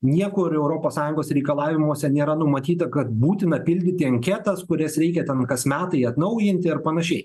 niekur europos sąjungos reikalavimuose nėra numatyta kad būtina pildyti anketas kurias reikia ten kas metai atnaujinti ar panašiai